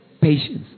Patience